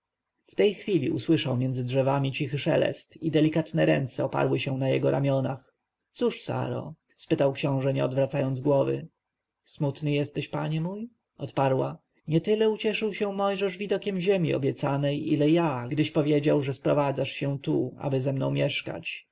w tej chwili usłyszał między drzewami cichy szelest i delikatne ręce oparły się na jego ramionach cóż saro spytał książę nie odwracając głowy smutny jesteś panie mój odparła nietyle ucieszył się mojżesz widokiem ziemi obiecanej ile ja gdyś powiedział że sprowadzasz się tu aby ze mną mieszkać